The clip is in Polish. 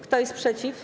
Kto jest przeciw?